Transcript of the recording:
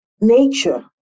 nature